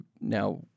Now